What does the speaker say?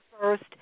first